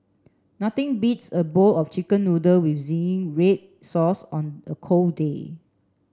nothing beats a bowl of chicken noodle with red sauce on a cold day